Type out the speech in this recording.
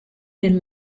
den